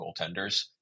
goaltenders